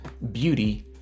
Beauty